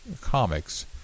comics